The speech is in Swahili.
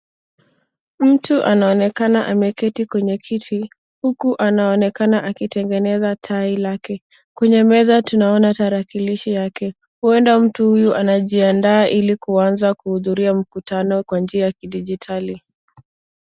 Mtu anaonekana ameketi kwenye kiti uku anaonekana akitegeneza tai lake. Kwenye meza tunaona tarakilishi yake, ueda mtu huyu anajiandaa ili kuaza kuhudhuria mkutano kwa njia ya kidijitali.